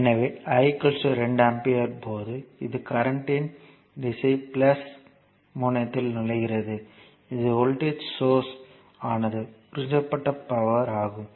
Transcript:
எனவே I 2 ampere போது இது கரண்ட் இன் திசை முனையத்தில் நுழைகிறதுஇதை வோல்டேஜ் சோர்ஸ் ஆனது உறிஞ்சப்பட்ட பவர் ஆகும்